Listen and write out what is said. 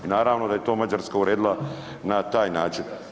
Naravno da je to Mađarska uredila na taj način.